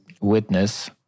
witness